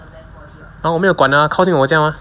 ah 我没有管它靠近我家 mah